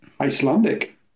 Icelandic